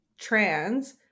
trans